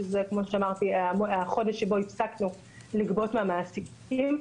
שזה החודש שבו הפסקנו לגבות מהמעסיקים.